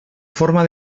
forma